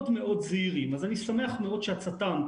אני שמח שהצט"ם,